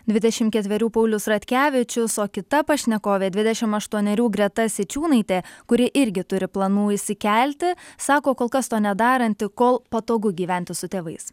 dvidešim ketverių paulius ratkevičius o kita pašnekovė dvidešim aštuonerių greta sičiūnaitė kuri irgi turi planų išsikelti sako kol kas to nedaranti kol patogu gyventi su tėvais